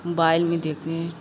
mobile में देखते हैं